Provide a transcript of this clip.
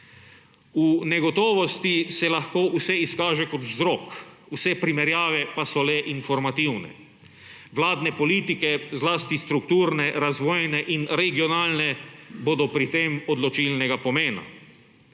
V negotovosti se lahko vse izkaže kot vzrok, vse primerjave pa so le informativne. Vladne politike, zlasti strukturne, razvojne in regionalne, bodo pri tem odločilnega pomena.